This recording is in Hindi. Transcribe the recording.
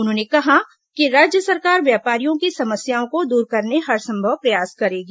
उन्होंने कहा कि राज्य सरकार व्यापारियों की समस्याओं को दूर करने हरसंभव प्रयास करेगी